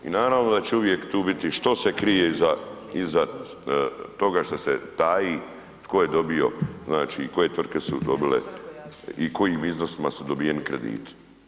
I naravno da će uvijek tu biti što se krije iza toga što se taji tko je dobio, znači koje tvrtke su dobile i u kojim iznosima su dobiveni krediti.